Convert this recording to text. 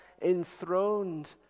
enthroned